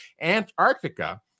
Antarctica